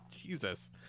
Jesus